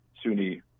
sunni